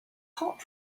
hot